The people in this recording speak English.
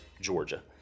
Georgia